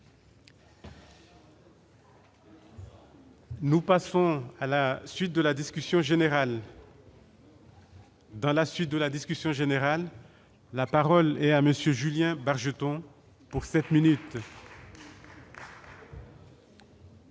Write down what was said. Nous passons à la suite de la discussion générale. Dans la suite de la discussion générale, la parole est à monsieur Julien Bargeton pour 7 minutes.